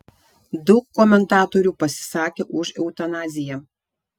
daug komentatorių pasisakė už eutanaziją